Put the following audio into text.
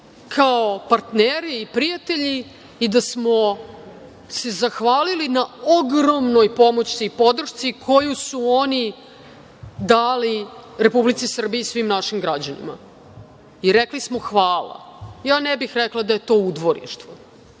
kao partneri i prijatelji i da smo se zahvalili na ogromnoj pomoći i podršci koju su oni dali Republici Srbiji i svim našim građanima i rekli smo hvala. Ne bih rekla da je to udvorištvo,